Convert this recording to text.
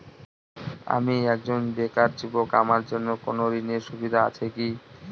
আমি একজন বেকার যুবক আমার জন্য কোন ঋণের সুবিধা আছে কি?